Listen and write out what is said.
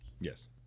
Yes